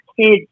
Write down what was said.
kids